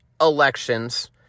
elections